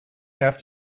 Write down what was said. have